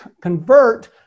convert